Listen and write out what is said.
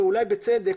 אולי בצדק,